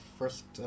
first